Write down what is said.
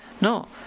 No